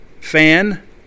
fan